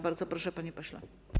Bardzo proszę, panie pośle.